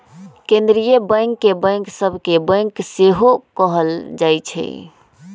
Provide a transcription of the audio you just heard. केंद्रीय बैंक के बैंक सभ के बैंक सेहो कहल जाइ छइ